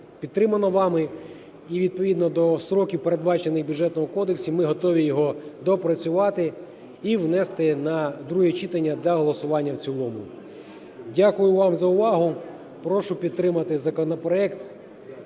підтримано вами. І відповідно до строків, передбачених у Бюджетному кодексі, ми готові його доопрацювати і внести на друге читання для голосування в цілому. Дякую вам за увагу. Прошу підтримати законопроект